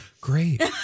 great